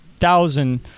thousand